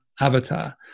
avatar